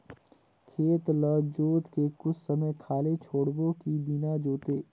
खेत ल जोत के कुछ समय खाली छोड़बो कि बिना जोते?